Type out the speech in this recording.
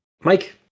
Mike